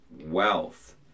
wealth